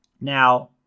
now